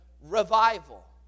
revival